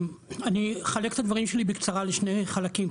אני אחלק את הדברים שלי בקצרה לשני חלקים.